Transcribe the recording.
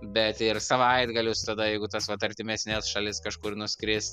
bet ir savaitgalius tada jeigu tas vat artimesnes šalis kažkur nuskrist